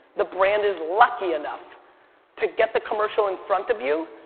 the brand is lucky enough to get the commercial in front of you,